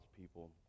people